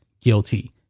guilty